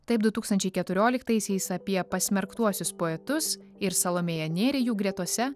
taip du tūkstančiai keturioliktaisiais apie pasmerktuosius poetus ir salomėją nėrį jų gretose